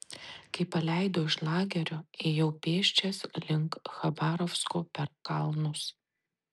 kai paleido iš lagerio ėjau pėsčias link chabarovsko per kalnus